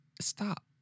stop